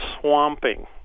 swamping